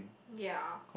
ya